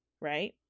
Right